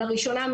לראשונה,